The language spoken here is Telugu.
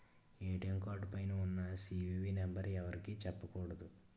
ఏ.టి.ఎం కార్డు పైన ఉన్న సి.వి.వి నెంబర్ ఎవరికీ చెప్పకూడదు